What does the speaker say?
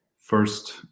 first